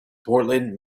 portland